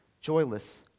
joyless